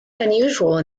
unusual